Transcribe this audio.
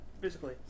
Physically